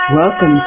Welcome